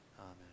Amen